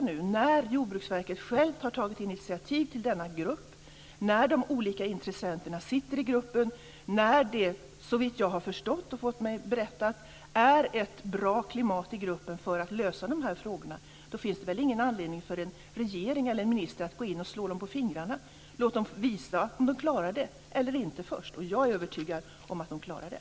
Nu när Jordbruksverket självt har tagit initiativ till denna grupp, när de olika intressenterna sitter i gruppen och när det - såvitt jag förstår och har fått mig berättat - är ett bra klimat i gruppen för att lösa de här frågorna finns det väl ingen anledning för en regering eller en minister att gå in och slå dem på fingrarna. Låt dem först visa om de klarar det eller inte! Jag är övertygad om att de klarar det.